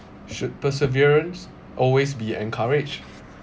should perseverance always be encouraged